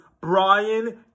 Brian